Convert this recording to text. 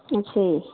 ਅੱਛਾ ਜੀ